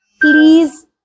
Please